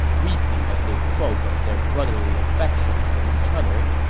weeping as they spoke of their brotherly affection for each other.